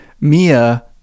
Mia